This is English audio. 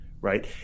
right